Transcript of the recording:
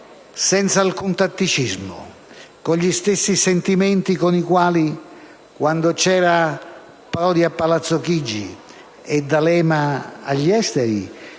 senza alcun tatticismo, con gli stessi sentimenti con i quali, quando c'erano Prodi a Palazzo Chigi e D'Alema al Ministero